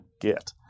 get